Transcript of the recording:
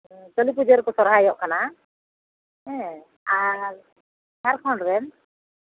ᱠᱟᱹᱞᱤᱯᱩᱡᱟᱹ ᱨᱮᱠᱚ ᱥᱚᱨᱦᱟᱭᱚᱜ ᱠᱟᱱᱟ ᱦᱮᱸ ᱟᱨ ᱡᱷᱟᱲᱠᱷᱚᱸᱰ ᱨᱮᱱ